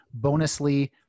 Bonusly